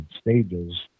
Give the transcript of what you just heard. stages